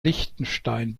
liechtenstein